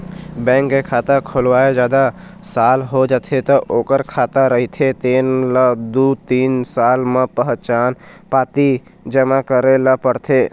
bank के खाता खोलवाए जादा साल हो जाथे त जेखर खाता रहिथे तेन ल दू तीन साल म पहचान पाती जमा करे ल परथे